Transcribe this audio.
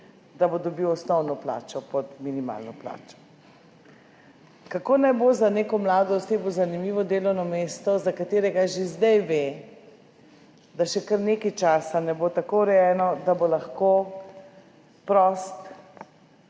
da bo dobil osnovno plačo pod minimalno plačo? Kako naj bo za neko mlado osebo zanimivo delovno mesto, za katerega že zdaj ve, da še kar nekaj časa ne bo tako urejeno, da bo lahko prost